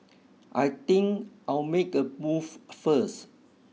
I think I'll make a move first